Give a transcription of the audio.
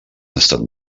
estat